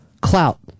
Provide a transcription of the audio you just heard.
clout